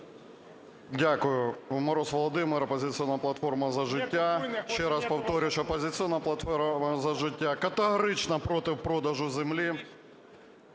Дякую. Мороз Володимир, "Опозиційна платформа - За життя". Ще раз повторюю, що "Опозиційна платформа - За життя" категорично проти продажу землі.